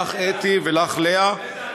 לך, אתי, ולך, לאה.